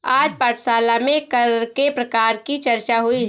आज पाठशाला में कर के प्रकार की चर्चा हुई